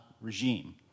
regime